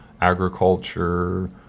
agriculture